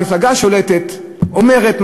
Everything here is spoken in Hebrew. מפלגה שולטת אומרת,